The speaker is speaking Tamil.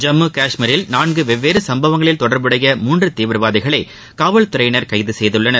ஜம்மு கஷ்மீரில் நான்கு வெவ்வேறு சம்பவங்களில் தொடர்புடைய மூன்று தீவிரவாதிகளை காவல்துறையினர் கைது செய்துள்ளனர்